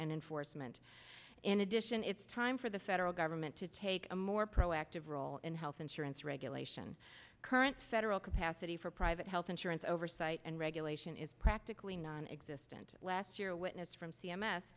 and enforcement in addition it's time for the federal government to take a more proactive role in health insurance regulation current federal capacity for private health insurance oversight and regulation is practically nonexistent last year a witness from c m s